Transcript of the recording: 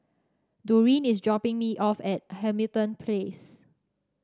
Doreen is dropping me off at Hamilton Place